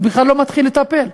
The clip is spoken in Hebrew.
הוא בכלל לא מתחיל לטפל.